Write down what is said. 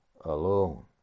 alone